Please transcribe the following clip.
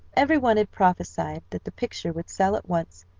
every one had prophesied that the picture would sell at once,